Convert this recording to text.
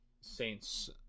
saints